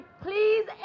please